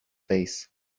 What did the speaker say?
face